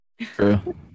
True